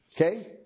Okay